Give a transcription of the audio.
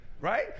Right